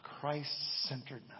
Christ-centeredness